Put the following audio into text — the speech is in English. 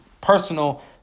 Personal